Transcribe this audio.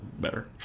better